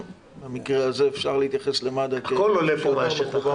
במקרה הזה אפשר להתייחס למד"א כ- -- הכל עולה מהשטח.